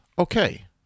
Okay